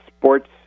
sports